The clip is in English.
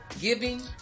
giving